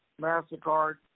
MasterCard